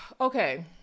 okay